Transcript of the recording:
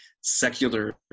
secular